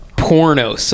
Porno